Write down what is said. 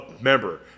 member